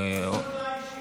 הודעה אישית.